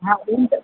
हा इहा त